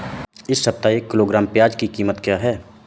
इस सप्ताह एक किलोग्राम प्याज की कीमत क्या है?